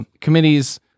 committees